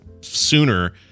sooner